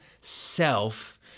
self